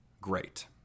great